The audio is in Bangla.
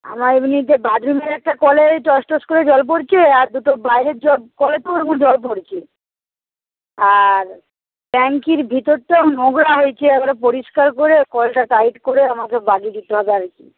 আমার এমনিতে বাথরুমের একটা কলে ওই টসটস করে জল পড়ছে আর দুটো বাইরের কলেতেও জল পড়ছে আর ট্যাঙ্কির ভিতরটাও নোংরা হয়েছে একেবারে পরিষ্কার করে কলটা টাইট করে আমাকে বাঁধিয়ে দিতে হবে আর কি